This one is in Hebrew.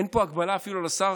אין פה אפילו הגבלה על השר,